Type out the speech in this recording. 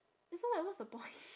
and so like what's the point